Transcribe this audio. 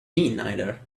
neither